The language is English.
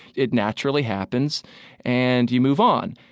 it naturally happens and you move on.